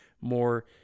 more